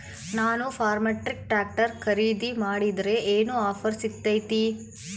ನಾನು Farmtrac tractor ಖರೇದಿ ಮಾಡಿದ್ರೆ ಏನು ಆಫರ್ ಸಿಗ್ತೈತಿ?